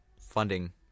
funding